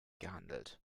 gehandelt